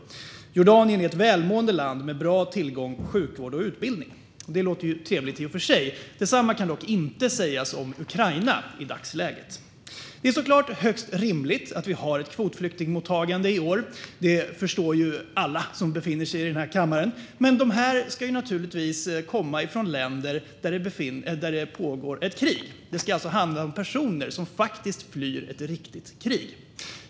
Därutöver är Jordanien ett välmående land med bra och tillgänglig sjukvård och utbildning." Det låter trevligt, i och för sig. Detsamma kan dock inte sägas om Ukraina i dagsläget. Det är såklart högst rimligt att vi har ett kvotflyktingmottagande i år. Det förstår alla som befinner sig i den här kammaren. Men dessa flyktingar ska naturligtvis komma från länder där det pågår ett krig. Det ska alltså handla om personer som faktiskt flyr ett riktigt krig.